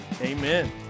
amen